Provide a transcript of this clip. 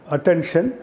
Attention